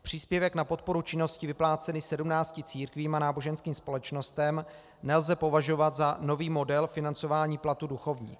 Příspěvek na podporu činnosti vyplácený 17 církvím a náboženským společnostem nelze považovat za nový model financování platu duchovních.